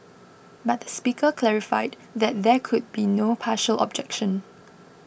but Speaker clarified that there could be no partial objection